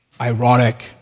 ironic